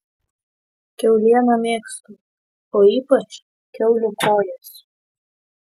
kiaulieną mėgstu o ypač kiaulių kojas